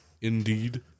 Indeed